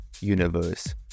universe